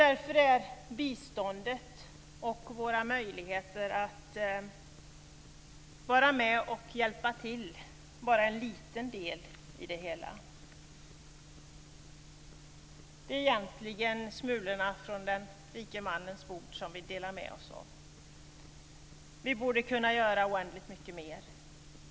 Därför är biståndet och våra möjligheter att vara med och hjälpa till bara en liten del i det hela. Det är egentligen smulorna från den rike mannens bord som vi delar med oss av. Vi borde kunna göra oändligt mycket mer.